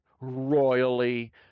royally